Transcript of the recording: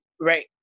right